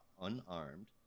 unarmed